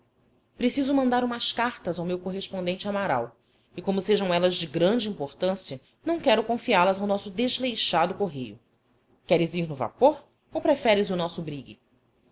preciso mandar umas cartas ao meu correspondente amaral e como sejam elas de grande importância não quero confiá las ao nosso desleixado correio queres ir no vapor ou preferes o nosso brigue